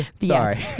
Sorry